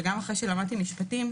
וגם אחרי שלמדתי משפטים,